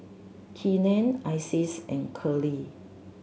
Keenen Isis and Curley